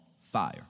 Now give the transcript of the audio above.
fire